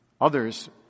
Others